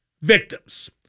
victims